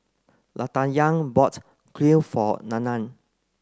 Latanya bought Kuih for Nana